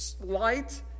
Light